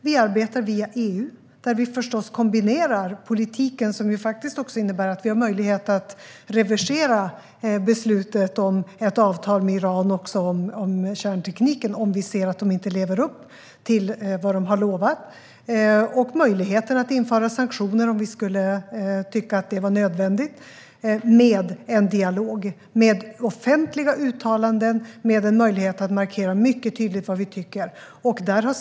Vi arbetar via EU, där vi förstås kombinerar politiken som innebär att vi har möjlighet att reversera beslutet om ett avtal med Iran, även om kärntekniken, om vi ser att de inte lever upp till vad de har lovat med en dialog med offentliga uttalanden med möjligheten att markera mycket tydligt vad vi tycker. Det finns också möjlighet att införa sanktioner om vi skulle tycka att det var nödvändigt.